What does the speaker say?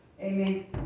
Amen